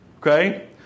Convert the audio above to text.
Okay